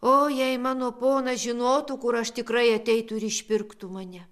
o jei mano ponas žinotų kur aš tikrai ateitų ir išpirktų mane